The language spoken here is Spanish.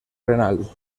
renal